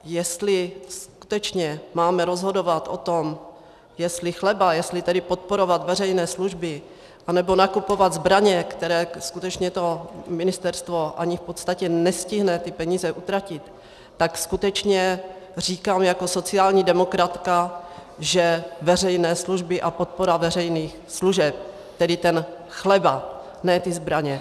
Jestli skutečně máme rozhodovat o tom, jestli chleba, jestli tedy podporovat veřejné služby, anebo naopak zbraně, kde skutečně ministerstvo v podstatě ani nestihne ty peníze utratit, tak skutečně říkám jako sociální demokratka, že veřejné služby a podpora veřejných služeb, tedy ten chleba, ne ty zbraně.